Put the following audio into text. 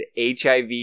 HIV